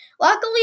Luckily